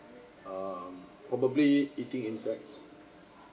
um probably eating insects